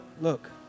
look